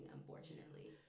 unfortunately